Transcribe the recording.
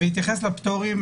בהתייחס לפטורים,